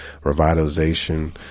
revitalization